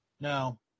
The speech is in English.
No